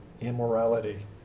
immorality